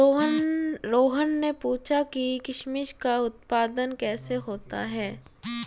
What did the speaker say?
रोहन ने पूछा कि किशमिश का उत्पादन कैसे होता है?